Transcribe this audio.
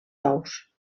tous